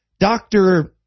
Doctor